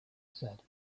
said